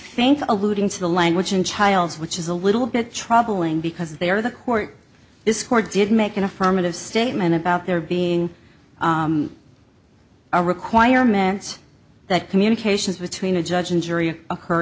think alluding to the language in child which is a little bit troubling because they are the court this court did make an affirmative statement about there being a requirements that communications between a judge and jury occur